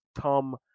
Tom